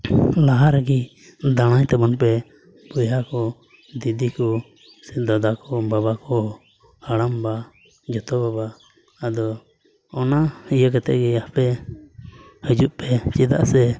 ᱞᱟᱦᱟ ᱨᱮᱜᱮ ᱫᱟᱬᱟᱭ ᱛᱟᱵᱚᱱ ᱯᱮ ᱵᱚᱭᱦᱟ ᱠᱚ ᱫᱤᱫᱤ ᱠᱚ ᱥᱮ ᱫᱟᱫᱟ ᱠᱚ ᱵᱟᱵᱟ ᱠᱚ ᱦᱟᱲᱟᱢᱵᱟ ᱡᱚᱛᱚ ᱵᱟᱵᱟ ᱟᱫᱚ ᱚᱱᱟ ᱤᱭᱟᱹ ᱠᱟᱛᱮᱫ ᱜᱮ ᱟᱯᱮ ᱦᱟᱹᱡᱩᱜ ᱯᱮ ᱪᱮᱫᱟᱜ ᱥᱮ